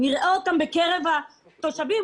נראה אותם בקרב התושבים,